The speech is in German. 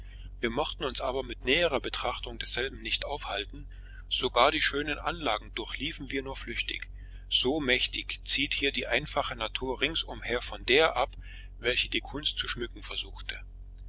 wir mochten uns aber mit näherer betrachtung desselben nicht aufhalten sogar die schönen anlagen durchliefen wir nur flüchtig so mächtig zieht hier die einfache natur ringsumher von der ab welche die kunst zu schmücken versuchte